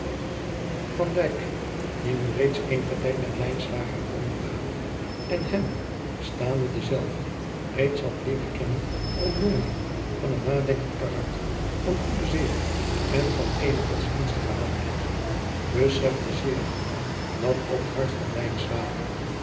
die nu reeds eenigen tijd met lijnslager had omgegaan en hem staande denzelven reeds had leeren kennen voor een jongeling van een nadenkend karakter van goede zeden en van eenen godsdienstigen aanleg besefte zeer wel dat op het hart van